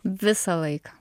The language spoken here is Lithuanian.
visą laiką